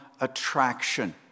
attraction